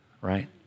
Right